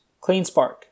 CleanSpark